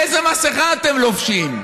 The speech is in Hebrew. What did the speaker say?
איזה מסכה אתם לובשים,